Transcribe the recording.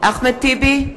אחמד טיבי,